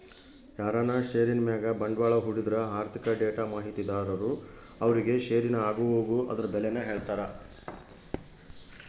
ಯಾರನ ಷೇರಿನ್ ಮ್ಯಾಗ ಬಂಡ್ವಾಳ ಹೂಡಿದ್ರ ಆರ್ಥಿಕ ಡೇಟಾ ಮಾಹಿತಿದಾರರು ಅವ್ರುಗೆ ಷೇರಿನ ಆಗುಹೋಗು ಅದುರ್ ಬೆಲೇನ ಹೇಳ್ತಾರ